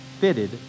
fitted